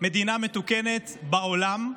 מדינה מתוקנת בעולם,